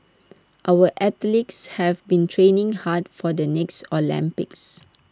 our athletes have been training hard for the next Olympics